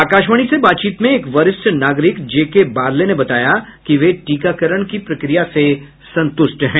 आकाशवाणी से बातचीत में एक वरिष्ठ नागरिक जेके बार्ले ने बताया कि वे टीकाकरण की प्रक्रिया से संतुष्ट हैं